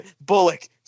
Bullock